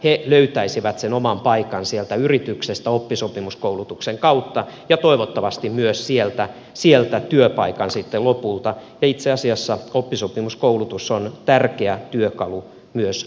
he löytäisivät sen oman paikan sieltä yrityksestä oppisopimuskoulutuksen kautta ja toivottavasti sieltä myös työpaikan sitten lopulta ja itse asiassa oppisopimuskoulutus on tärkeä työkalu myös nuorisotakuun osana